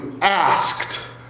asked